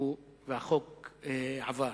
והחוק עבר.